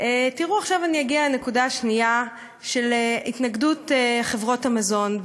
עכשיו אגיע לנקודה השנייה: התנגדות חברות המזון.